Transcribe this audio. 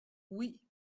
oui